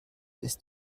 ist